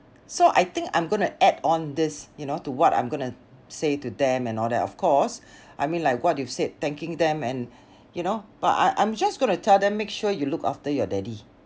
so I think I'm gonna add on this you know to what I'm gonna say to them and all that of course I mean like what you've said thanking them and you know but I I'm just gonna to tell them make sure you look after your daddy